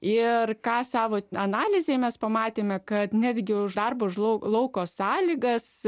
ir ką savo analizėje mes pamatėme kad netgi už darbo už lau lauko sąlygas